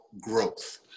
growth